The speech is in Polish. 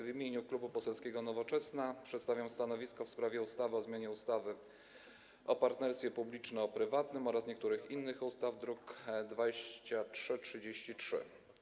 W imieniu Klubu Poselskiego Nowoczesna przedstawiam stanowisko w sprawie projektu ustawy o zmianie ustawy o partnerstwie publiczno-prywatnym oraz niektórych innych ustaw, druk nr 2333.